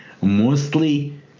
mostly